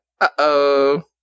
uh-oh